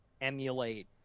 emulate